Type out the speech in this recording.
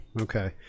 okay